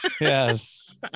yes